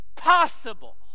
possible